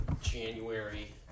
January